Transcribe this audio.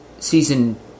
Season